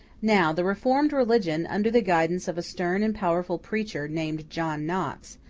now, the reformed religion, under the guidance of a stern and powerful preacher, named john knox,